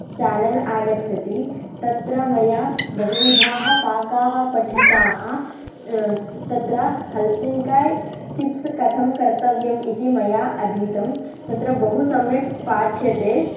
channel आगच्छति तत्र मया बहुविधाः पाकाः पठिताः तत्र हल्सिन् काय् चिप्स् कथं कर्तव्यं इति मया अधीतं तत्र बहु सम्यक् पाठ्यते